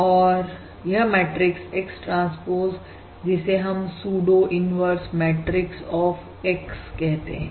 और यह matrix X transpose जिसे हमने pseudo inverse matrix of X कहां है